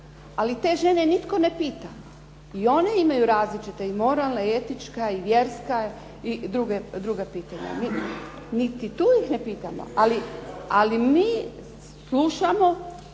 Ali te žene nitko ne pita. I one imaju različite i moralna, etička i vjerska i druga pitanja. Niti tu ih ne pitamo. Ali mi slušamo,